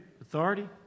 authority